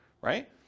right